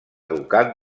ducat